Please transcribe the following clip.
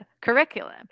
curriculum